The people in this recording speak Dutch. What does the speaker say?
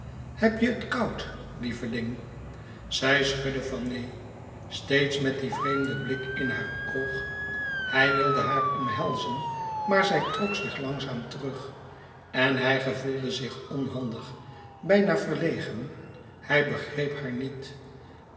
heb je het koud lieveling zij schudde van neen steeds met dien vreemden blik in haar oog hij wilde haar omhelzen maar zij trok zich langzaam terug en hij gevoelde zich onhandig bijna verlegen hij begreep haar niet